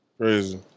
Crazy